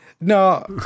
No